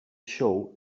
show